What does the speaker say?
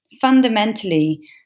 fundamentally